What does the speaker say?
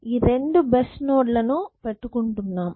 ఈ రెండు best node లను పెట్టుకుంటున్నాం